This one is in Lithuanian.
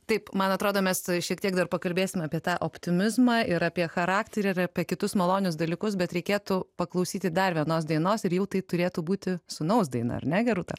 taip man atrodo mes tuoj šiek tiek dar pakalbėsim apie tą optimizmą ir apie charakterį ir apie kitus malonius dalykus bet reikėtų paklausyti dar vienos dainos ir jau tai turėtų būti sūnaus daina ar ne gerūta